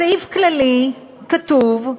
בסעיף "כללי" כתוב,